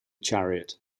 chariot